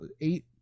eight